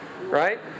right